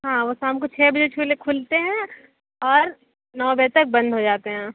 हाँ वो शाम को छः बजे खुलते हैं और नौ बजे तक बंद हो जाते हैं